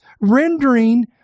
rendering